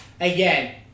again